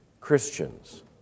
Christians